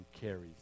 carries